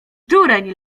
dureń